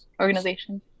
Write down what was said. organization